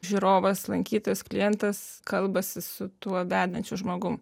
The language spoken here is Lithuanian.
žiūrovas lankytojas klientas kalbasi su tuo vedančiu žmogum